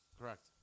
Correct